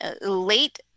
late